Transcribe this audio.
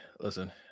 listen